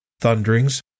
thunderings